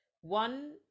One